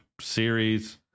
series